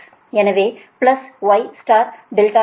எனவே plus y ∆x பெருக்கல் V x ∆x